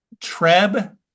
Treb